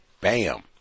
Bam